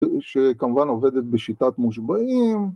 ‫שכמובן עובדת בשיטת מושבעים.